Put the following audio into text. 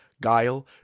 guile